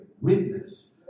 witness